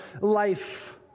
life